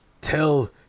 tell